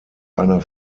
einer